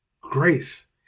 grace